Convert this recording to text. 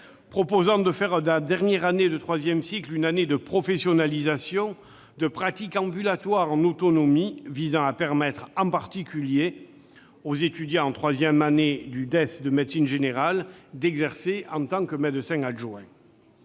pour objet de faire de la dernière année de troisième cycle une année de professionnalisation, de pratique ambulatoire en autonomie. Il visait à permettre, en particulier, aux étudiants en troisième année de diplôme d'études spécialisées, DES, de médecine générale d'exercer en tant que médecin adjoint.